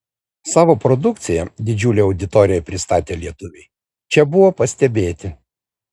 savo produkciją didžiulei auditorijai pristatę lietuviai čia buvo pastebėti